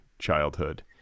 Childhood